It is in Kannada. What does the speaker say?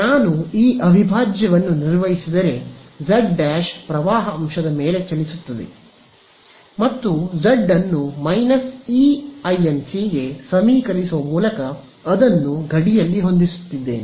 ನಾನು ಈ ಅವಿಭಾಜ್ಯವನ್ನು ನಿರ್ವಹಿಸಿದರೆ z ' ಪ್ರವಾಹ ಅಂಶದ ಮೇಲೆ ಚಲಿಸುತ್ತದೆ ಮತ್ತು z ಅನ್ನು Einc ಗೆ ಸಮೀಕರಿಸುವ ಮೂಲಕ ಅದನ್ನು ಗಡಿಯಲ್ಲಿ ಹೊಂದಿಸುತ್ತಿದ್ದೇನೆ